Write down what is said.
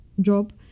job